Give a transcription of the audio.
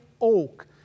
oak